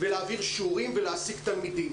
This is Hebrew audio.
להעביר שיעורים ולהעסיק תלמידים.